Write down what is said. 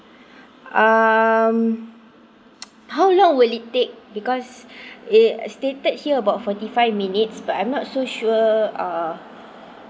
um how long will it take because it stated here about forty five minutes but I'm not so sure err